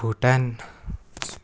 Bhutan